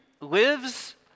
lives